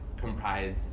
comprise